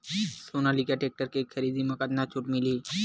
Sonalika tractor के खरीदी मा कतका छूट मीलही?